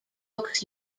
books